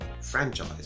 franchise